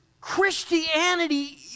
Christianity